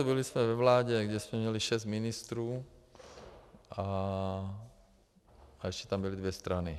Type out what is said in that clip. Byli jsme ve vládě, kde jsme měli šest ministrů a ještě tam byly dvě strany.